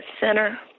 Center